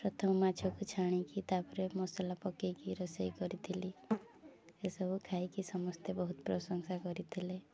ପ୍ରଥମ ମାଛକୁ ଛାଣିକି ତା'ପରେ ମସଲା ପକାଇକି ରୋଷେଇ କରିଥିଲି ଏସବୁ ଖାଇକି ସମସ୍ତେ ବହୁତ ପ୍ରଶଂସା କରିଥିଲେ